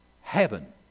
heaven